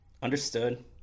Understood